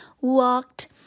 walked